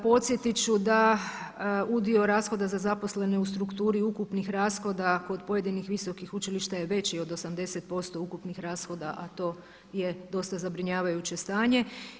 Podsjetit ću da udio rashoda za zaposlene u strukturi ukupnih rashoda kod pojedinih visokih učilišta je veći od 80% ukupnih rashoda, a to je dosta zabrinjavajuće stanje.